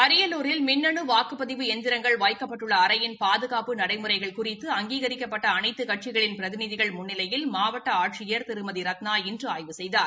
அரியலூரில் மின்னனு வாக்குப்பதிவு எந்திரங்கள் வைக்கப்பட்டுள்ள அறையின் பாதுகாப்பு நடைமுறைகள் குறித்து அங்கீகரிக்கப்பட்ட அளைத்துக் கட்சிகளின் பிரதிநிதிகள் முன்னிலையில் மாவட்ட ஆட்சியர் திருமதி ரத்னா இன்று ஆய்வு செய்தார்